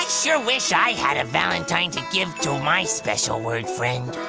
sure wish i had a valentine to give to my special word friend.